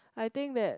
I think that